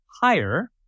higher